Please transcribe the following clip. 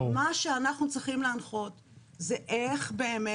מה שאנחנו צריכים להנחות זה איך באמת